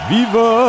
Viva